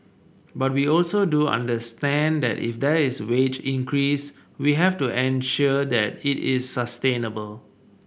but we also do understand that if there is wage increase we have to ensure the it is sustainable